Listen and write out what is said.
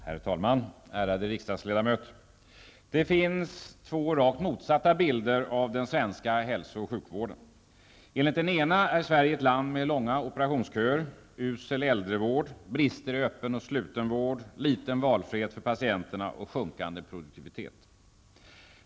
Herr talman! Ärade riksdagsledamöter! Det finns två rakt motsatta bilder av den svenska hälso och sjukvården. Enligt den ena bilden är Sverige ett land med långa operationsköer, usel äldrevård, brister i öppen och sluten vård, liten valfrihet för patienterna och sjunkande produktivitet.